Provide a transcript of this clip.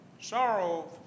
sorrow